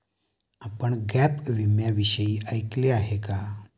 आपण गॅप विम्याविषयी ऐकले आहे का?